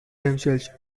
themselves